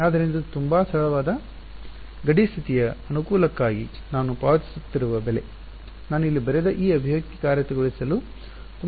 ಆದ್ದರಿಂದ ಇದು ತುಂಬಾ ಸರಳವಾದ ಗಡಿ ಸ್ಥಿತಿಯ ಅನುಕೂಲಕ್ಕಾಗಿ ನಾನು ಪಾವತಿಸುತ್ತಿರುವ ಬೆಲೆ ನಾನು ಇಲ್ಲಿ ಬರೆದ ಈ ಅಭಿವ್ಯಕ್ತಿ ಕಾರ್ಯಗತಗೊಳಿಸಲು ತುಂಬಾ ಸರಳವಾಗಿದೆ